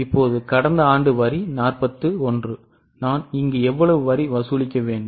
இப்போது கடந்த ஆண்டு வரி 41 நான் இங்கு எவ்வளவு வரி வசூலிக்க வேண்டும்